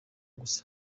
gusa